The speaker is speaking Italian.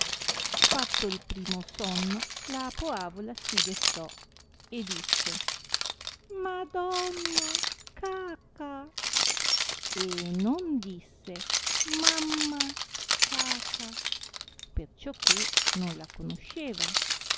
fatto il primo sonno la poavola si destò e disse madonna caca e non disse mamma caca perciò che non la conosceva